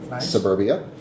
Suburbia